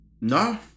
No